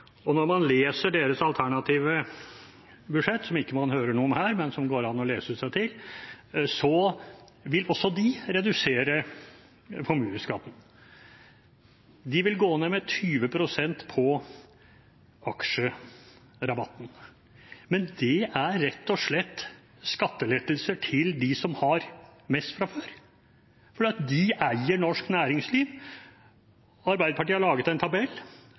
og når man leser deres alternative budsjett ‒ som man ikke hører noe om her, men som det går an å lese seg til ‒ vil også de redusere formueskatten. De vil gå ned med 20 pst. på aksjerabatten. Men det er rett og slett skattelettelser til dem som har mest fra før, for de eier norsk næringsliv. Arbeiderpartiet har laget en tabell